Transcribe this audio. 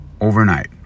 Overnight